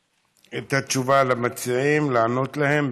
את התשובה למציעים, לענות להם.